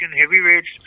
heavyweights